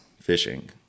fishing